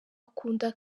akunda